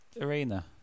arena